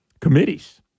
committees